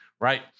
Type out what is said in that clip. right